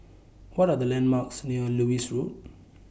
What Are The landmarks near Lewis Road